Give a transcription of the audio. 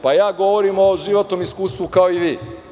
Pa, ja govorim o životnom iskustvu, kao i vi.